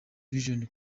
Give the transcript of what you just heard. vision